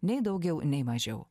nei daugiau nei mažiau